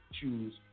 choose